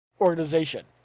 organization